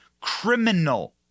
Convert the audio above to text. criminal